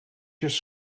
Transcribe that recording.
you’re